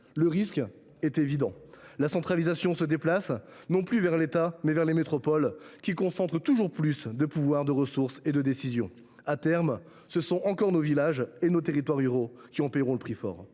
Le risque est évident : la centralisation se déplace non plus vers l’État, mais vers les métropoles, qui concentrent toujours plus de pouvoirs, de ressources et de décisions. À terme, ce sont encore nos villages et nos territoires ruraux qui en paieront le prix fort.